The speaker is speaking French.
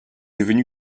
devenue